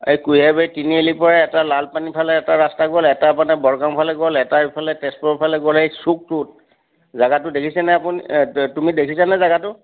এই কুঁহিয়াৰবাৰী তিনিআলি পৰা এটা লালপানী ফালে এটা ৰাস্তা গ'ল এটা মানে বৰগাং ফালে গ'ল এটা এই তেজপুৰৰ ফালে গ'লে এই চুকটোত জেগাটো দেখিছেনে আপুনি তুমি দেখিছানে জেগাটো